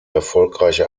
erfolgreiche